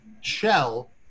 shell